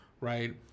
right